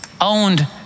owned